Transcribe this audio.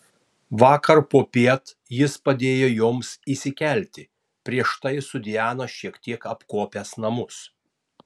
vakar popiet jis padėjo joms įsikelti prieš tai su diana šiek tiek apkuopęs namus